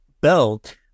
belt